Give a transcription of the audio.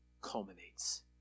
culminates